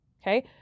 Okay